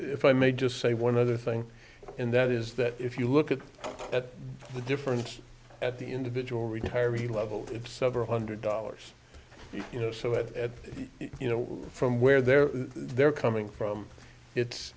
if i may just say one other thing in that is that if you look at the difference at the individual retiree level it's several hundred dollars you know so it you know from where they're they're coming from it's